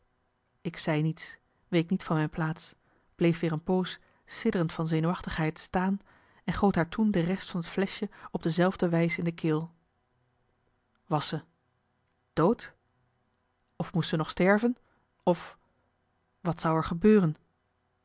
ik zei niets week niet van mijn plaats bleef weer een poos sidderend van zenuwachtigheid staan en goot haar toen de rest van het fleschje op dezelfde wijs in de keel was ze dood of moest ze nog sterven of wat zou er gebeuren